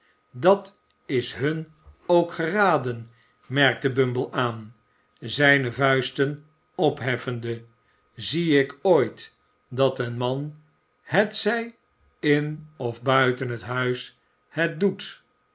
dat is hun ook geraden merkte bumble aan zijne vuisten opheffende zie ik ooit dat een man hetzij in of buiten het huis het doet